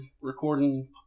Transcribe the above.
recording